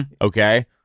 okay